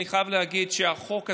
אני חייב להגיד שהחוק הזה,